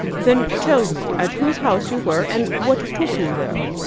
then tell me at whose house you were, and what took you there?